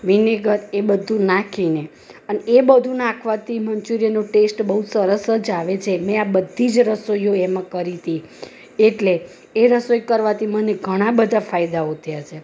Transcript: vinegar એ બધું નાખીને અને એ બધું નાખવાથી મન્ચુરિયન ટેસ્ટ બહુ સરસ જ આવે છે એને મેં આ બધી જ રસોઈઓમાં કરી હતી એટલે એ રસોઈ કરવાથી મને ઘણા બધા ફાયદાઓ થયા છે